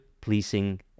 pleasing